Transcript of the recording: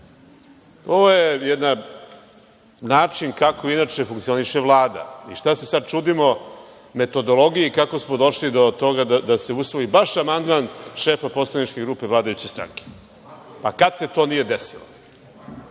je jedan način kako inače funkcioniše Vlada. Šta se sada čudimo metodologiji kako smo došli do toga da se usvoji baš amandman šefa poslaničke grupe vladajuće stranke? Pa, kada se to nije desilo? To